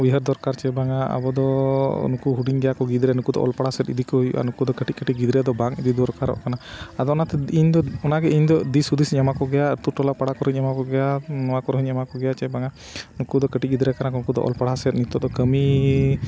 ᱩᱭᱦᱟᱹᱨ ᱫᱚᱨᱠᱟᱨ ᱪᱮ ᱵᱟᱝᱟ ᱟᱵᱚ ᱫᱚ ᱱᱩᱠᱩ ᱦᱩᱰᱤᱧ ᱜᱮᱭᱟ ᱠᱚ ᱜᱤᱫᱽᱨᱟᱹ ᱱᱩᱠᱩ ᱫᱚ ᱚᱞᱼᱯᱟᱲᱦᱟᱣ ᱥᱮᱫ ᱤᱫᱤ ᱠᱚ ᱦᱩᱭᱩᱜᱼᱟ ᱱᱩᱠᱩ ᱫᱚ ᱠᱟᱹᱴᱤᱡᱼᱠᱟᱹᱴᱤᱡ ᱜᱤᱫᱽᱨᱟᱹ ᱫᱚ ᱵᱟᱝ ᱤᱫᱤ ᱫᱚᱨᱠᱟᱨᱚᱜ ᱠᱟᱱᱟ ᱟᱫᱚ ᱚᱱᱟᱛᱮ ᱤᱧᱫᱚ ᱚᱱᱟᱜᱮ ᱤᱧᱫᱚ ᱫᱤᱥ ᱦᱩᱫᱤᱥ ᱤᱧ ᱮᱢᱟ ᱠᱚᱜᱮᱭᱟ ᱟᱛᱳᱼᱴᱚᱞᱟ ᱯᱟᱲᱟ ᱠᱚᱨᱮᱧ ᱮᱢᱟ ᱠᱚᱜᱮᱭᱟ ᱱᱚᱣᱟ ᱠᱚᱨᱮ ᱦᱚᱧ ᱮᱢᱟ ᱠᱚᱜᱮᱭᱟ ᱪᱮ ᱵᱟᱝᱟ ᱱᱩᱠᱩ ᱫᱚ ᱠᱟᱹᱴᱤᱡ ᱜᱤᱫᱽᱨᱟᱹ ᱠᱟᱱᱟ ᱱᱩᱠᱚ ᱫᱚ ᱚᱞᱼᱯᱟᱲᱦᱟᱣ ᱥᱮᱫ ᱱᱤᱛᱳᱜ ᱫᱚ ᱠᱟᱹᱢᱤ